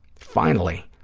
finally,